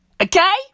Okay